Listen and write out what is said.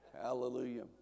Hallelujah